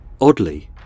oddly